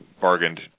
bargained